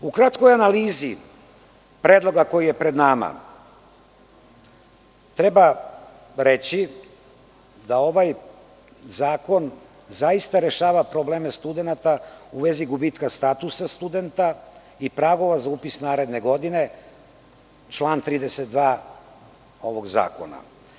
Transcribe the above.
U kratkoj analizi predloga koji je pred nama treba reći da ovaj zakon zaista rešava probleme studenata u vezi gubitka statusa studenta i pragova za upis naredne godine, član 32. ovog zakona.